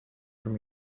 from